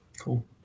Cool